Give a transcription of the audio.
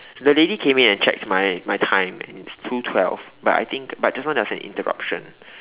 the lady came in and checked my my time and it's two twelve but I think but just now there was an interruption